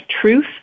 truth